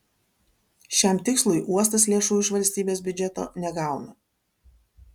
šiam tikslui uostas lėšų iš valstybės biudžeto negauna